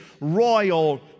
royal